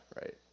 right